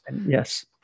Yes